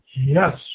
Yes